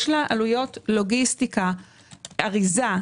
יש לה עלויות לוגיסטיקה של אריזה,